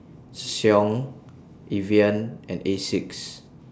Ssangyong Evian and Asics